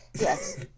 Yes